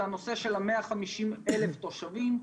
זה הנושא של ה-150,000 תושבים,